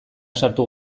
sartu